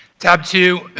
tab two,